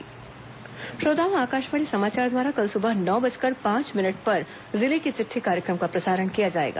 जिले की चिटुठी श्रोताओं आकाशवाणी समाचार द्वारा कल सुबह नौ बजकर पांच मिनट पर जिले की चिट्ठी कार्यक्रम का प्रसारण किया जाएगा